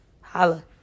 Holla